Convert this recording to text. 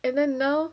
and then now